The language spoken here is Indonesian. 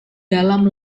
dalam